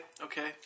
okay